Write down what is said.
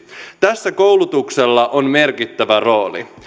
tässä koulutuksella on merkittävä rooli